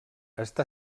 està